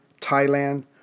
Thailand